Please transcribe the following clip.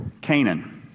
Canaan